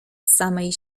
samej